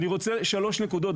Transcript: אני רוצה להתייחס לשלוש נקודות,